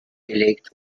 gelegt